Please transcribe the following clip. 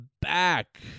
back